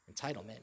entitlement